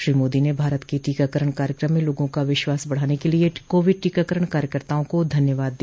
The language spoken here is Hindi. श्री मोदी ने भारत के टीकाकरण कार्यक्रम में लोगों का विश्वास बढ़ाने के लिए कोविड टीकाकरण कार्यकर्ताओं को धन्यवाद दिया